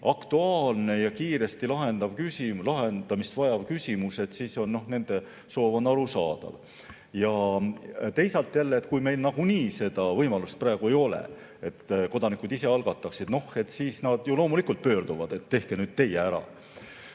aktuaalne ja kiiresti lahendamist vajav küsimus, siis on nende soov arusaadav. Teisalt jälle, kui meil nagunii seda võimalust praegu ei ole, et kodanikud ise algataksid, siis nad ju loomulikult pöörduvad, et tehke nüüd teie ära.